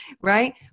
Right